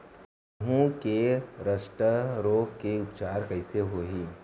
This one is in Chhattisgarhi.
गेहूँ के रस्ट रोग के उपचार कइसे होही?